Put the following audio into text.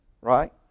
right